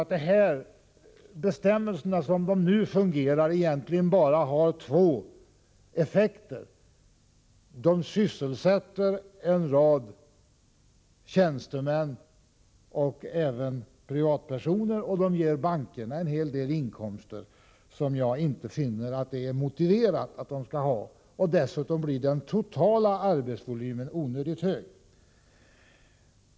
Som dessa bestämmelser nu fungerar har de egentligen bara två effekter — de sysselsätter en rad tjänstemän och även privatpersoner, och de ger bankerna en hel del inkomster, inkomster som jag inte anser är motiverade. Dessutom blir den totala arbetsvolymen onödigt stor.